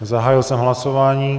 Zahájil jsem hlasování.